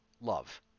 love